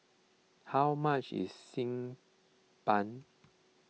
how much is Xi Ban